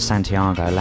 Santiago